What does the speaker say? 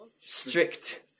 strict